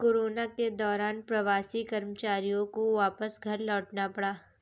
corona के दौरान प्रवासी कर्मचारियों को वापस घर लौटना पड़ा